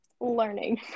learning